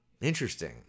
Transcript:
Interesting